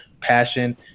passion